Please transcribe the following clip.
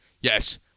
Yes